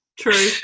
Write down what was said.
True